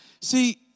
See